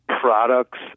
products